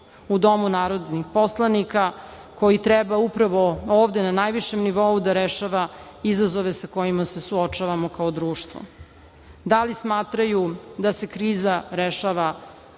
u domu narodnih poslanika, koji treba upravo ovde na najvišem nivou da rešavaju izazove sa kojima se suočavamo kao društvo. Da li smatraju da se kriza rešava dimnim